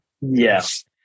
Yes